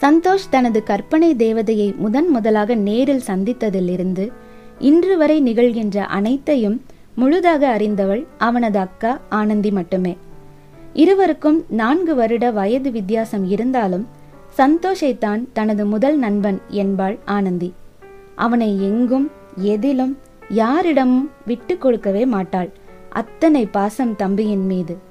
சந்தோஷ் தனது கற்பனை தேவதையை முதன் முதலாக நேரில் சந்தித்ததிலிருந்து, இன்று வரை நிகழ்கின்ற அனைத்தையும் முழுதாக அறிந்தவள் அவனது அக்கா ஆனந்தி மட்டுமே. இருவருக்கும் நான்கு வருட வயது வித்தியாசம் இருந்தாலும், சந்தோஷைத்தான் தனது முதல் நண்பன் என்பாள் ஆனந்தி. அவனை எங்கும், எதிலும், யாரிடமும் விட்டுக் கொடுக்கவே மாட்டாள். அத்தனை பாசம் தம்பியின் மீது.